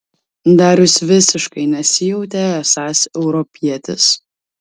darius visiškai nesijautė esąs europietis